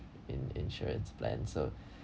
in insurance plan so